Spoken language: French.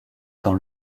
dans